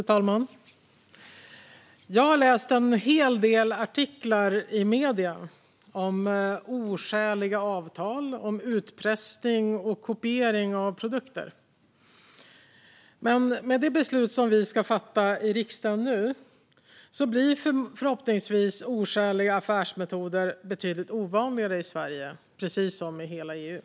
Fru talman! Jag har läst en hel del artiklar i medierna om oskäliga avtal, om utpressning och kopiering av produkter. Men med det beslut vi ska fatta i riksdagen nu blir förhoppningsvis oskäliga affärsmetoder betydligt ovanligare i Sverige, precis som i hela EU.